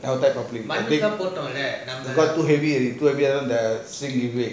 too heavy too heavy